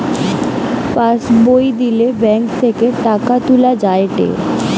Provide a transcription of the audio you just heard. pass বই দিলে bank থেকে টাকা তুলা যায়েটে